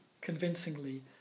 convincingly